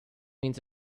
means